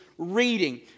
Reading